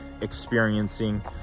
experiencing